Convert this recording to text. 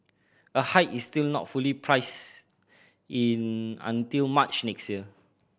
a hike is still not fully priced in until March next year